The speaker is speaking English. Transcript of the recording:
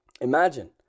imagine